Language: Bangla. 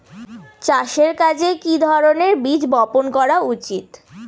চাষের কাজে কি ধরনের বীজ বপন করা উচিৎ?